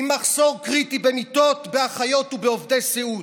עם מחסור קריטי במיטות, באחיות ובעובדי סיעוד,